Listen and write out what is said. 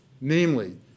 Namely